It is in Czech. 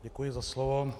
Děkuji za slovo.